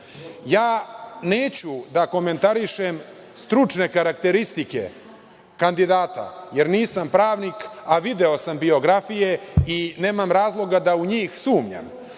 da komentarišem stručne karakteristike kandidata, jer nisam pravnik, a video sam biografije i nemam razloga da u njih sumnjam,